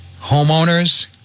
homeowners